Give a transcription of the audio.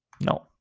No